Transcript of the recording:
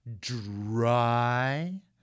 Dry